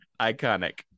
Iconic